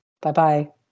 Bye-bye